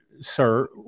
sir